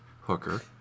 hooker